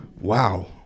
wow